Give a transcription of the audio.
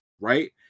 right